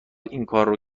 اینکارو